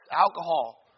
alcohol